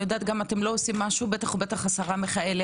גם אתם לא עושים משהו, בטח לא השרה מיכאלי.